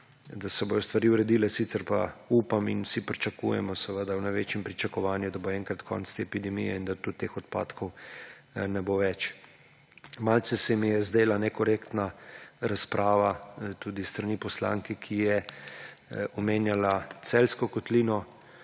da se bodo stvari uredile. Sicer pa upam in vsi pričakujemo v največjem pričakovanju, da bo enkrat konec epidemije in da tudi teh odpadkov ne bo več. Malce se mi je zdela nekorektna razprava tudi s strani poslanke, ki je omenjala Celjsko kotlino,